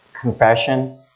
confession